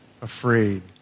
afraid